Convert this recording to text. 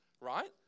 right